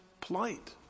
plight